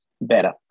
better